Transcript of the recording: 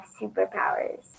superpowers